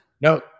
no